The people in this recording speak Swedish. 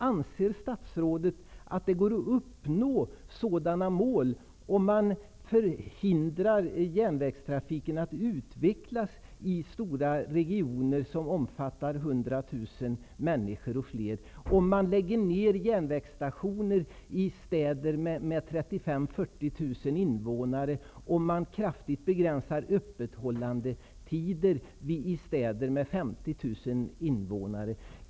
Anser statsrådet att det går att uppnå sådana mål, om man förhindrar järnvägstrafiken från att utvecklas i stora regioner som omfattar 100 000 eller ännu fler människor, om man lägger ned järnvägsstationer i städer med 35 000--40 000 invånare och om man kraftigt begränsar öppethållandetider i städer med 50 000 invånare?